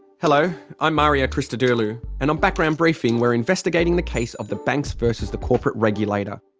hello, i'm mario christodoulou, and on background briefing we're investigating the case of the banks versus the corporate regulator,